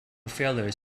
failures